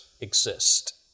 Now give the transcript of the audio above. exist